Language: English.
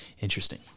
Interesting